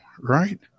Right